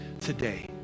today